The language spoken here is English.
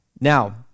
Now